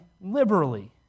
liberally